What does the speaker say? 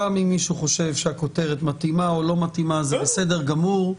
גם אם מישהו חושב שהכותרת מתאימה או לא מתאימה זה בסדר גמור.